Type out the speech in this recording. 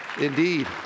indeed